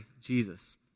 Jesus